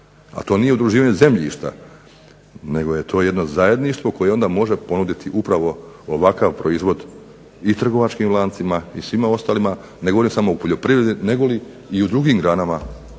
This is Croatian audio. a to nije udruživanje zemljišta nego je to jedno zajedništvo koje onda može ponuditi upravo ovakav proizvod i trgovačkih lancima i svima ostalima, ne govorim samo o poljoprivredi nego i u drugim granama